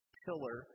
pillar